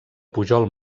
pujol